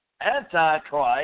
Antichrist